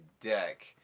deck